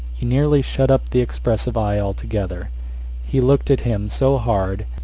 he nearly shut up the expressive eye altogether he looked at him so hard.